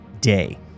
day